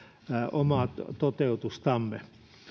omaa toteutustamme